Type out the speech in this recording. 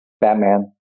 Batman